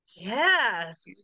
Yes